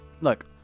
Look